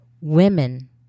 women